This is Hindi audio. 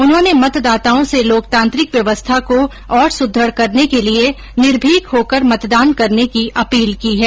उन्होंने मतदाताओं से लोकतांत्रिक व्यवस्था को और सुदृढ करने के लिए निर्भीक होकर मतदान करने की अपील की है